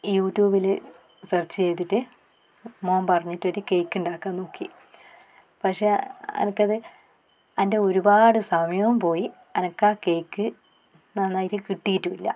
ഈ യൂട്യൂബിൽ സെർച്ച് ചെയ്തിട്ട് മോൻ പറഞ്ഞിട്ട് ഒരു കേക്ക് ഉണ്ടാക്കാൻ നോക്കി പക്ഷേ എനിക്കത് എൻ്റെ ഒരുപാട് സമയവും പോയി എനിക്ക് ആ കേക്ക് നന്നായിട്ട് കിട്ടിയിട്ടുമില്ല